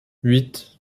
huit